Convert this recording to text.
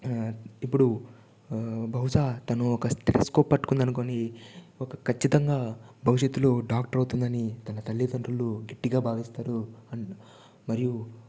ఇప్పుడు బహుశా తను ఒక స్టెతస్కోప్ పట్టుకుంది అనుకోని ఒక ఖచ్చితంగా భవిష్యత్తులో డాక్టర్ అవుతుందని తన తల్లిదండ్రులు గట్టిగా భావిస్తారు మరియు